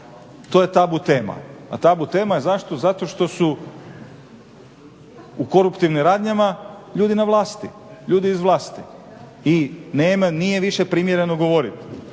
to je tabu tema a tabu tema je zašto, zato što su u koruptivnim radnjama ljudi na vlasti, ljudi iz vlasti. I nema, nije više primjereno govoriti.